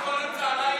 לא צריך?